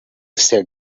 said